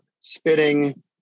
spitting